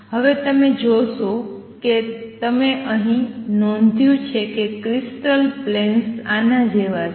હવે તમે જોશો કે તમે અહીં નોંધ્યું છે કે ક્રિસ્ટલ પ્લેન્સ આના જેવા છે